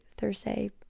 Thursday